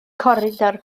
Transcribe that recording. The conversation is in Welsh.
coridor